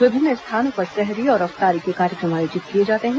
विभिन्न स्थानों पर सेहरी और अफ्तारी के कार्यक्रम आयोजित किए जाते हैं